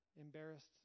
embarrassed